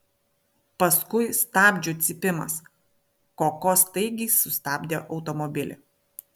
paskui stabdžių cypimas koko staigiai sustabdė automobilį